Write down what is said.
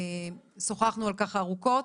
שוחחנו על כך ארוכות,